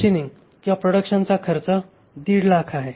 machining किंवा प्रोडक्शनचा खर्च 150000 आहे